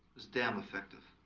it's damn effective